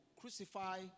crucify